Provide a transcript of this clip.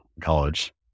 college